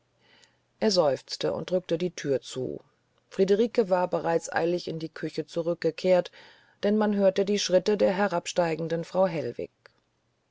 er seufzte und drückte die thür zu friederike war bereits eilig in die küche zurückgekehrt denn man hörte die schritte der herabsteigenden frau hellwig